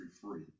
free